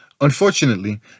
unfortunately